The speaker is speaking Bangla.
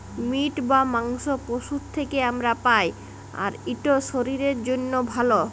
মিট বা মাংস পশুর থ্যাকে আমরা পাই, আর ইট শরীরের জ্যনহে ভাল